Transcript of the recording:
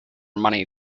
money